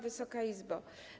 Wysoka Izbo!